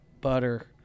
butter